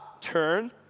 Turn